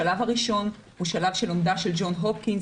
השלב הראשון הוא לומדה של ג'ון הופקינס,